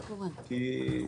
כי,